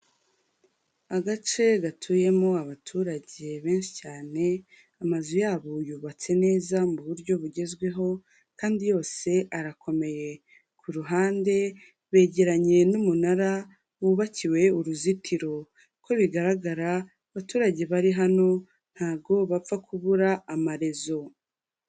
Agace gatuyemo abaturage benshi cyane, amazu yabo yubatse neza mu buryo bugezweho, kandi yose arakomeye. Ku ruhande begeranye n'umunara wubakiwe uruzitiro. Uko bigaragara, abaturage bari hano ntago bapfa kubura amarezo.